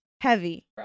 Heavy